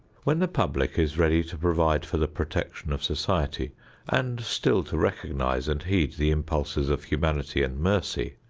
when the public is ready to provide for the protection of society and still to recognize and heed the impulses of humanity and mercy,